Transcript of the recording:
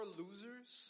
losers